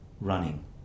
running